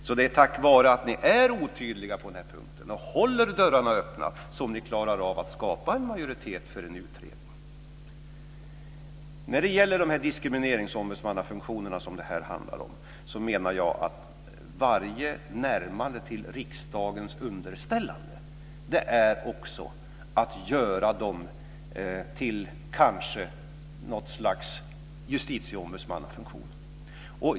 Det är alltså tack vare att ni är otydliga på den här punkten och håller dörrarna öppna som ni klarar av att skapa en majoritet för en utredning. När det gäller de diskrimineringsombudsmannafunktioner som det här handlar om menar jag att varje närmande till riksdagens underställande också är att kanske göra dem till ett slags justitieombudsmannafunktion.